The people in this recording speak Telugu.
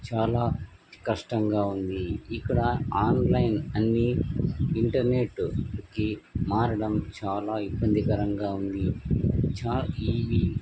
చాలా కష్టంగా ఉంది ఇక్కడ ఆన్లైన్ అన్నీ ఇంటర్నెట్కి మారడం చాలా ఇబ్బంది కరంగా ఉంది చార్ ఇవి